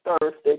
Thursday